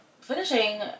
finishing